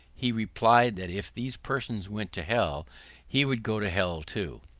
he replied, that if these persons went to hell he would go to hell too.